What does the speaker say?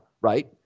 right